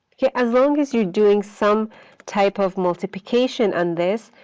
okay, as long as you're doing some type of multiplication on this,